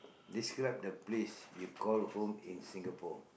describe the place you call home in Singapore